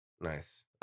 Nice